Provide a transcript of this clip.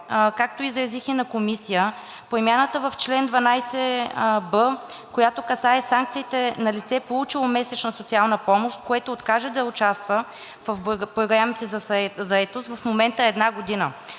както изразих и на комисия, промяната в чл. 12б, която касае санкциите на лице, получило месечна социална помощ, което откаже да участва в програмите за заетост, в момента е една година.